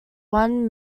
one